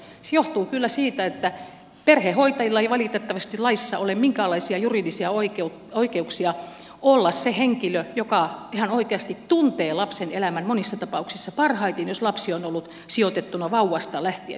se johtuu kyllä siitä että perhehoitajilla ei valitettavasti laissa ole minkäänlaisia juridisia oikeuksia olla se henkilö joka ihan oikeasti tuntee lapsen elämän monissa tapauksissa parhaiten jos lapsi on ollut sijoitettuna vauvasta lähtien